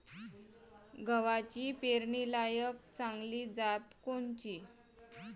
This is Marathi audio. गव्हाची पेरनीलायक चांगली जात कोनची?